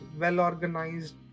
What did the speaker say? well-organized